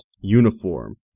uniform